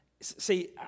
see